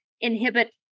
inhibit